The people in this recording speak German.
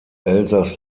elsaß